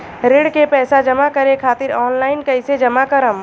ऋण के पैसा जमा करें खातिर ऑनलाइन कइसे जमा करम?